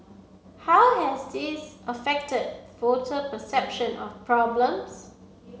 how has this affected voter perception of problems